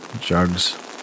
Jugs